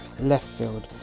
Leftfield